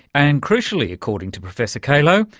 and crucially, according to professor calo,